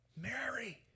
Mary